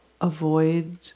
avoid